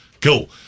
Cool